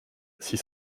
six